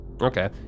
Okay